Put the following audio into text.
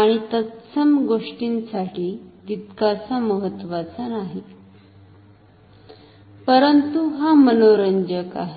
आणि तत्सम गोष्टींसाठी तितकासा महत्त्वाचा नाही परंतु हा मनोरंजक आहे